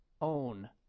own